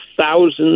thousands